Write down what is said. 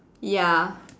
ya